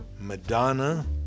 Madonna